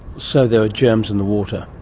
so there are germs in the water?